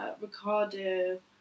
Ricardo